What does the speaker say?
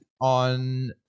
on